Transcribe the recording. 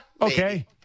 okay